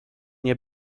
nie